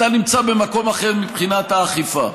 אתה נמצא במקום אחר מבחינת האכיפה.